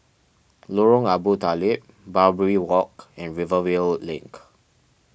Lorong Abu Talib Barbary Walk and Rivervale Link